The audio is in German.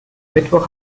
mittwoch